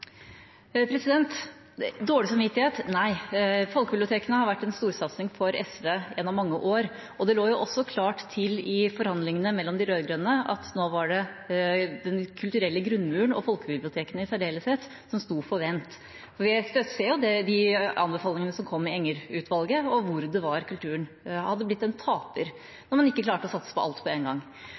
Dårlig samvittighet? Nei. Folkebibliotekene har vært en storsatsing for SV gjennom mange år. Det lå også klart an til i forhandlingene mellom de rød-grønne at det nå var den kulturelle grunnmuren og folkebibliotekene i særdeleshet som sto på vent. Vi ser jo de anbefalingene som kom med Enger-utvalget, og hvor det var kulturen hadde blitt en taper, når man ikke klarte å satse på alt på en gang.